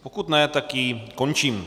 Pokud ne, tak ji končím.